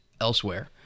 elsewhere